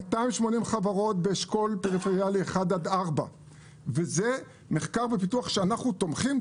280 חברות באשכול פריפריאלי 1 עד 4. זה מחקר ופיתוח שאנחנו תומכים.